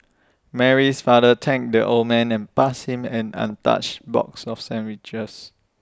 Mary's father thanked the old man and passed him an untouched box of sandwiches